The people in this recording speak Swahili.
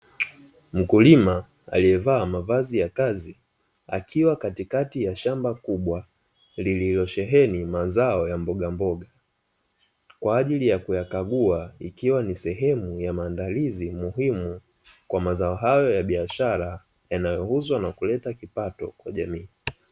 Mkulima aliyevaa mavazi ya kazi akiwa katikati ya shamba kubwa lililosheheni mazao ya mboga mboga kwa ajili ya kuyakagua, ikiwa ni sehemu ya maandalizi muhimu kwa mazao hayo ya biashara yanayouzwa na kuleta kipato kwa jamii.